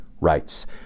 rights